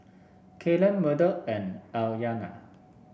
Kaylen Murdock and Aryana